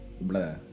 blah